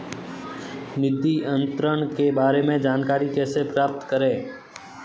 निधि अंतरण के बारे में जानकारी कैसे प्राप्त करें?